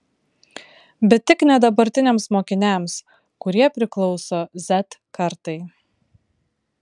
bet tik ne dabartiniams mokiniams kurie priklauso z kartai